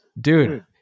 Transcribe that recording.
dude